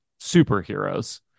superheroes